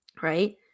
Right